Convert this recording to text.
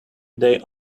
they